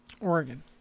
Oregon